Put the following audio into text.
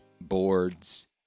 boards